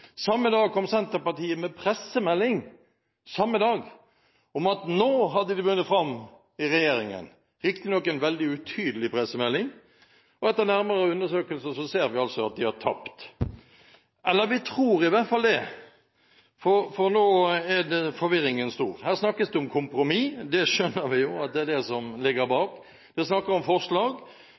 Samme dag kom Senterpartiet med en pressemelding – samme dag – om at de nå hadde vunnet fram i regjeringen – riktignok en veldig utydelig pressemelding. Etter nærmere undersøkelser ser vi altså at de har tapt. Eller vi tror i hvert fall det, for nå er forvirringen stor. Her snakkes det om kompromiss – det skjønner vi jo, at det er det som ligger bak – det snakkes om forslag,